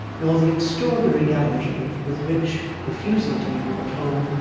nor the extraordinary gallantry with which, refusing to be brought home,